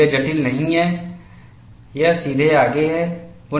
यह जटिल नहीं है यह सीधे आगे है